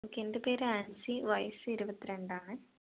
okay എൻ്റെ പേര് ആൻസി വയസ്സ് ഇരുപത്തി രണ്ടാണ്